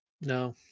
No